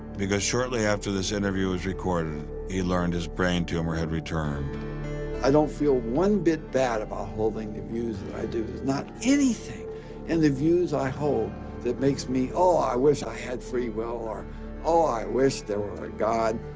because shortly after this interview was recorded he learned his brain tumor had returned. provine i don't feel one bit bad about holding the views that i do. there's not anything in the views i hold that makes me, oh, i wish i had free will, or oh, i wish there were a god.